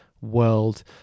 world